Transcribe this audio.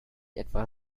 etwa